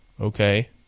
Okay